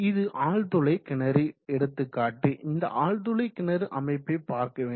இது ஆழ்துளை கிணறு எடுத்துக்காட்டு இந்த ஆழ்துளை கிணறு அமைப்பை பார்க்க வேண்டும்